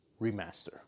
remaster